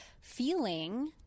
feeling